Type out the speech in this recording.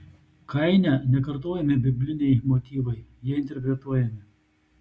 kaine nekartojami bibliniai motyvai jie interpretuojami